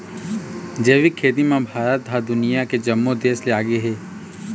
जैविक खेती म भारत ह दुनिया के जम्मो देस ले आगे हे